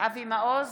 אבי מעוז,